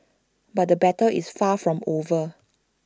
but the battle is far from over